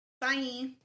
bye